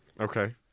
Okay